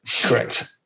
Correct